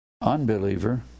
unbeliever